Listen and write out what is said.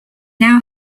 now